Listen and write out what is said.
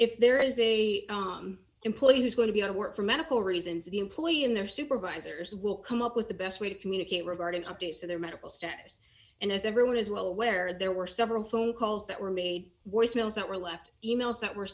if there is a employee who's going to be out of work for medical reasons the employee in their supervisors will come up with the best way to communicate regarding updates of their medical status and as everyone is well aware there were several phone calls that were made or smells that were left emails that were